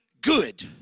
good